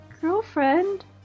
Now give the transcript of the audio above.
Girlfriend